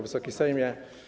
Wysoki Sejmie!